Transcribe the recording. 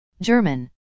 German